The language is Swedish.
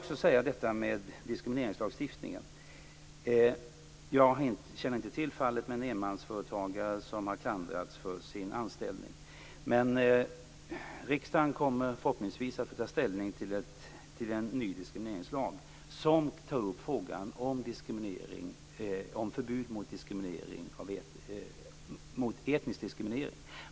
Jag vill beträffande diskrimineringslagstiftningen säga att jag inte känner till fallet där en enmansföretagare har klandrats för sitt val av anställd men att riksdagen förhoppningsvis kommer att få ta ställning till en ny diskrimineringslag som innehåller förbud mot etnisk diskriminering.